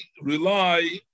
rely